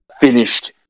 finished